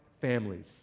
families